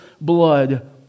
blood